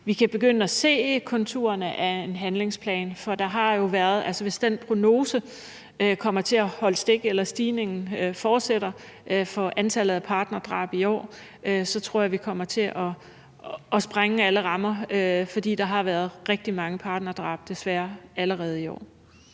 vi kan begynde at se konturerne af en handlingsplan. For hvis den prognose kommer til at holde stik eller stigningen fortsætter for antallet af partnerdrab i år, så tror jeg, at vi kommer til at sprænge alle rammer, for der har været rigtig mange partnerdrab, desværre, allerede i år.